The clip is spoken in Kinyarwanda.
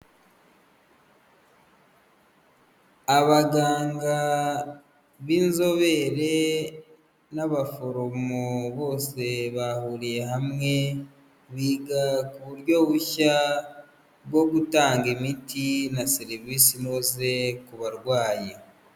Abaganga b'inzobere n'abaforomo bose bahuriye hamwe, biga ku buryo bushya bwo gutanga imiti na serivisi inoze ku barwayi.